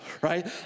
right